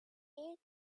ate